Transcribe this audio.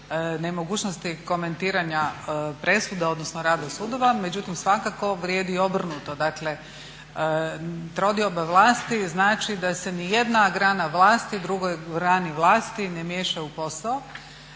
nemogućnosti komentiranja presuda, odnosno rada sudova, međutim svakako vrijedi i obrnuto. Dakle trodioba vlasti znači da se ni jedna grana vlasti drugoj grani vlasti ne miješa u posao.